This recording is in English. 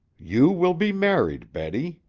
you will be married, betty,